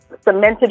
cemented